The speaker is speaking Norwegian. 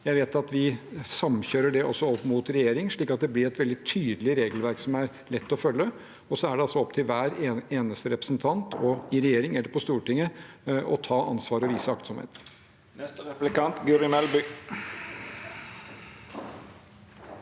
Jeg vet at vi samkjører det også opp mot regjeringen, slik at det blir et veldig tydelig regelverk som er lett å følge. Så er det altså opp til hver eneste representant i regjeringen eller på Stortinget å ta ansvar og vise aktsomhet.